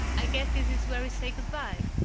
i guess this is where we say good-bye.